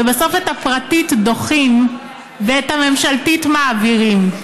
ובסוף את הפרטית דוחים ואת הממשלתית מעבירים,